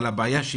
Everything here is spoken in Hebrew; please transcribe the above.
אבל הבעיה היא